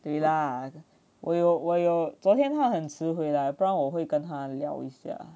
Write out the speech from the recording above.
对啦我有我有昨天他很迟回来不然我会跟他聊一下